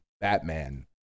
Batman